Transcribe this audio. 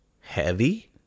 heavy